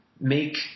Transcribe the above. make